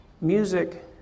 music